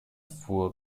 fuhr